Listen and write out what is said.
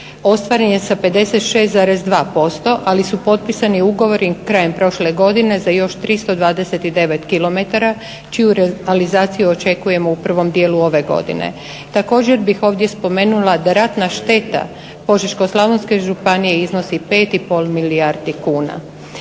ostvaren je sa 56,2% ali su potpisani ugovori krajem prošle godine za još 329 kilometara čiju realizaciju očekujemo u prvom dijelu ove godine. Također bih ovdje spomenula da ratna šteta Požeško-slavonske županije iznosi 5,5 milijardi kuna.